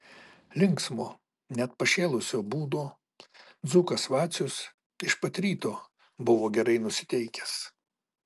linksmo net pašėlusio būdo dzūkas vacius iš pat ryto buvo gerai nusiteikęs